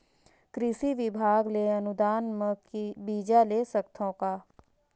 कृषि विभाग ले अनुदान म बीजा ले सकथव का?